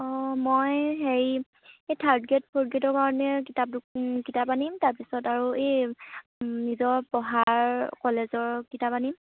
অঁ মই হেৰি এই থাৰ্ড গ্ৰেড ফ'ৰ্ড গ্ৰেডৰ কাৰণে কিতাপ দুখ কিতাপ আনিম তাৰপিছত আৰু এই নিজৰ পঢ়াৰ কলেজৰ কিতাপ আনিম